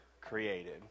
created